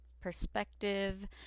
perspective